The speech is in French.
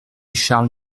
charles